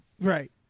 Right